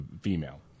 female